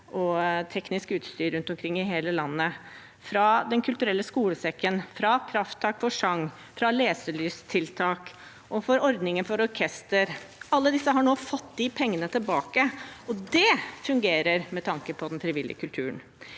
og teknisk utstyr rundt omkring i hele landet, fra Den kulturelle skolesekken, fra Krafttak for sang, fra leselysttiltak og fra ordningen for orkester. Alle disse har nå fått de pengene tilbake, og det fungerer med tanke på den frivillige kulturen.